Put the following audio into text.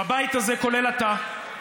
הבית הזה, חבר הכנסת לוי,